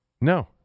No